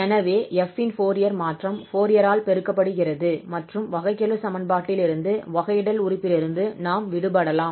எனவே f இன் Fourier மாற்றம் ஃபோரியரால் பெருக்கப்படுகிறது மற்றும் வகைக்கெழு சமன்பாட்டிலிருந்து வகையிடல் உறுப்பிலிருந்து நாம் விடுபடலாம்